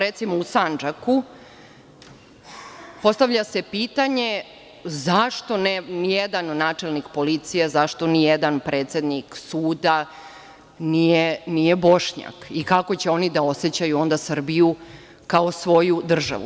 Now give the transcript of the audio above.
Recimo, u Sandžaku, postavlja se pitanje zašto ni jedan načelnik policije, predsednik suda nije Bošnjak i kako će oni da osećaju Srbiju kao svoju državu.